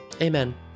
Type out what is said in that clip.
Amen